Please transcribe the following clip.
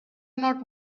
not